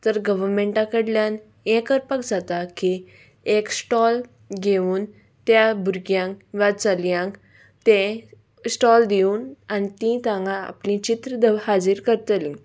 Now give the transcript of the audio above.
तर गवमेंटा कडल्यान हें करपाक जाता की एक स्टॉल घेवन त्या भुरग्यांक वा चलयांक तें स्टॉल दिवन आनी तीं तांगा आपलीं चित्र हाजीर करतलीं